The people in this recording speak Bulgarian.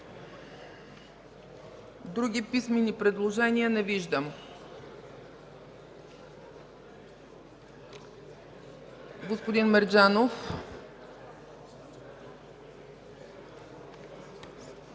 Други писмени предложения не виждам. Господин Мерджанов.